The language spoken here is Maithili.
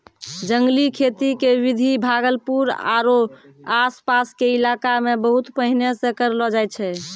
जंगली खेती के विधि भागलपुर आरो आस पास के इलाका मॅ बहुत पहिने सॅ करलो जाय छै